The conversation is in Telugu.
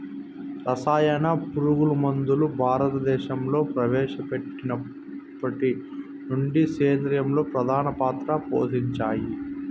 రసాయన పురుగుమందులు భారతదేశంలో ప్రవేశపెట్టినప్పటి నుండి సేద్యంలో ప్రధాన పాత్ర పోషించాయి